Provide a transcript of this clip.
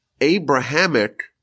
Abrahamic